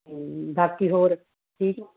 ਬਾਕੀ ਹੋਰ ਠੀਕ